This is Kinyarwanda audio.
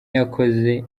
yakoze